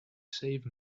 save